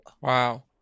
Wow